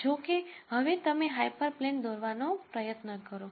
જો કે હવે તમે હાયપરપ્લેન દોરવાનો પ્રયત્ન કરો